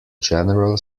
general